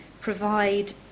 provide